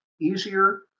easier